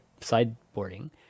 sideboarding